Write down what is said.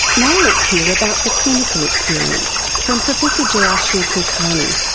now let's hear about the clinical experience from professor jayashri kulkarni.